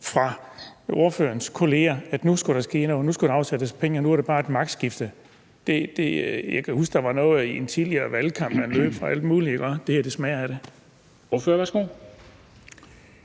i den grad kørte på, at nu skulle der ske noget, at nu skulle der afsættes penge, og nu er der bare et magtskifte. Jeg kan huske, at der var noget i en tidligere valgkamp, hvor man løb fra alt muligt, og det her smager af det. Kl.